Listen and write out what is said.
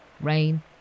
Rain